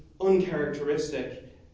uncharacteristic